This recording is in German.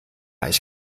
ich